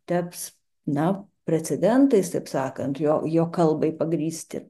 taps na precedentais taip sakant jo jo kalbai pagrįsti